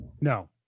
no